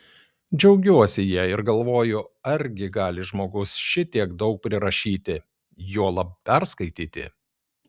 džiaugiuosi ja ir galvoju argi gali žmogus šitiek daug prirašyti juolab perskaityti